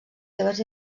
seves